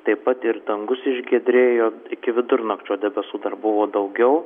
taip pat ir dangus išgiedrėjo iki vidurnakčio debesų dar buvo daugiau